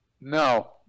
No